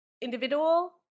individual